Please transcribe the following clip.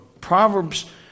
Proverbs